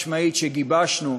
והעמדה החד-משמעית שגיבשנו,